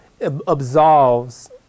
absolves